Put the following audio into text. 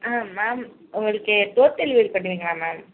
ஆ ma'am உங்களுக்கு door delivery பண்ணுவீங்களா ma'am